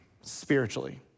spiritually